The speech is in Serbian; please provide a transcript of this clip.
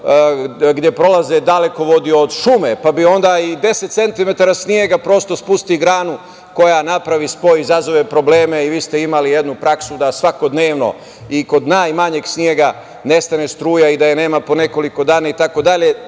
gde prolaze dalekovodi od šume, pa onda i 10 santimetara snega, prosto spusti granu, koja napravi spoj i izazove probleme. Vi ste imali jednu praksu da svakodnevno i kod najmanjeg snega nestane struje i da je nema po nekoliko dana itd.